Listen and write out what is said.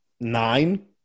Nine